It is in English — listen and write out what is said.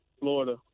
Florida